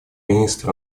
министр